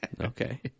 okay